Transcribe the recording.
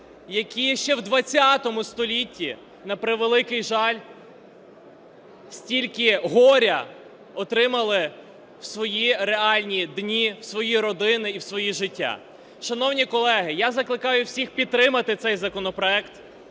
які ще в ХХ столітті, на превеликий жаль, стільки горя отримали в свої реальні дні, в свої родини і в своє життя. Шановні колеги, я закликаю всіх підтримати цей законопроект,